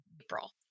April